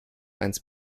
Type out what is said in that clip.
eins